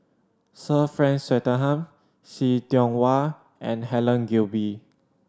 Sir Frank Swettenham See Tiong Wah and Helen Gilbey